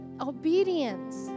obedience